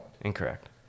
Incorrect